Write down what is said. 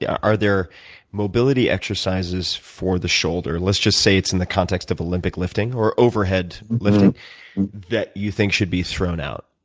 are there mobility exercises for the shoulder? let's just say it's in the context of olympic lifting, or overhead lifting that you think should be thrown out,